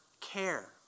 care